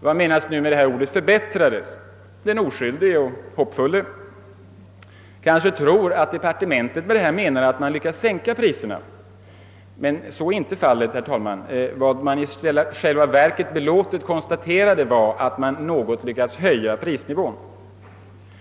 Vad menas med ordet »förbättrades»? Den oskyldige och hoppfulle kanske tror att departementet med detta menar att man lyckats att sänka priserna. Vad man i själva verket belåtet konstaterade var att man något lyckats höja prisnivån.